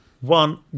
One